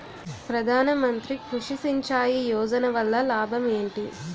ప్రధాన మంత్రి కృషి సించాయి యోజన వల్ల లాభం ఏంటి?